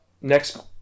Next